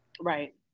Right